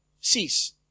cease